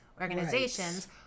organizations